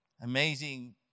Amazing